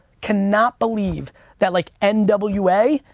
cannot believe that like n w a.